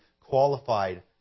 qualified